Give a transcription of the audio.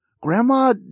Grandma